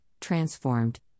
transformed